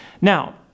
Now